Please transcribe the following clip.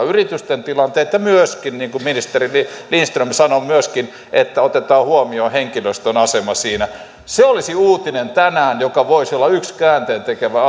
yritysten tilanteet ja myöskin niin kuin ministeri lindström sanoi myöskin että otetaan huomioon henkilöstön asema siinä se olisi uutinen tänään joka voisi olla yksi käänteentekevä